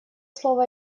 слово